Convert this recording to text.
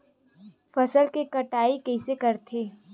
फसल के कटाई कइसे करथे?